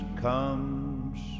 comes